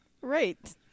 Right